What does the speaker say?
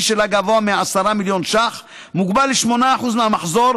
שלה גבוה מ-10 מיליון ש"ח מוגבל ל-8% מהמחזור,